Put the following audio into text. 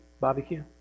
Barbecue